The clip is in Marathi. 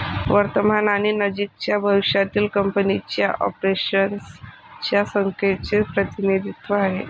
वर्तमान आणि नजीकच्या भविष्यातील कंपनीच्या ऑपरेशन्स च्या संख्येचे प्रतिनिधित्व आहे